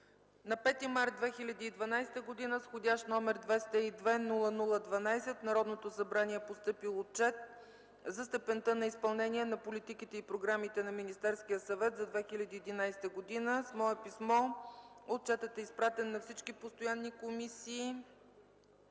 На 5 март 2012 г. с вх. № 202-00-12 в Народното събрание е постъпил Отчет за степента на изпълнение на политиките и програмите на Министерския съвет за 2011 г. С мое писмо отчетът е изпратен на всички постоянни комисии